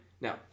Now